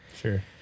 Sure